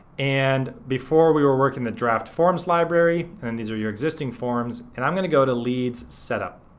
and before we were working the draft forms library and these are your existing forms and i'm gonna go to leads setup.